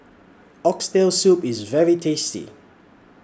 Oxtail Soup IS very tasty